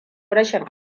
rashin